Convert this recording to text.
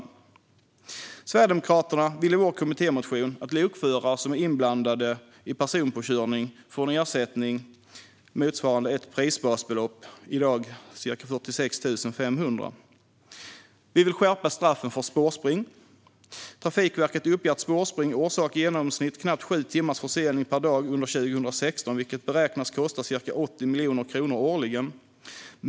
Vi sverigedemokrater vill i vår kommittémotion att lokförare som är inblandade i personpåkörning får en ersättning motsvarande ett prisbasbelopp, i dag ca 46 500 kronor. Vi vill skärpa straffen för spårspring. Trafikverket uppger att spårspring orsakade i genomsnitt knappt sju timmars försening per dag under 2016, vilket beräknas kosta ca 80 miljoner kronor årligen.